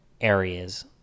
areas